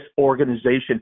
organization